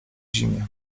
zimie